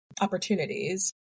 opportunities